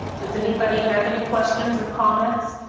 does anybody have any questions or comments.